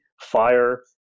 fire